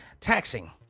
taxing